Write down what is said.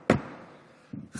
בהר הרצל), התשפ"ד 2023. תודה.